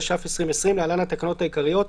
התש"ף-2020 (להלן התקנות העיקריות),